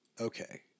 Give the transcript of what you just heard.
okay